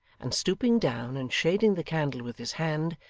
and stooping down and shading the candle with his hand,